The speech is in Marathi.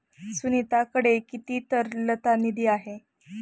सुनीताकडे किती तरलता निधी आहे?